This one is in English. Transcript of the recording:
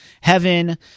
heaven